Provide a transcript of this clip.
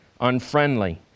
unfriendly